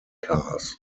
cars